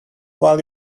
while